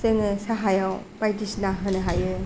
जोङो साहायाव बायदिसिना होनो हायो